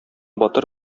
батыр